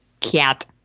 Cat